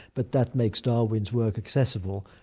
but that makes darwin's work accessible.